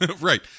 right